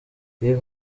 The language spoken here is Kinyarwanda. yves